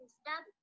stop